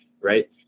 right